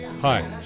Hi